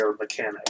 mechanic